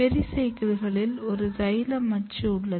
பெரிசைக்கிளில் ஒரு சைலேம் அச்சு உள்ளது